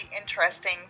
interesting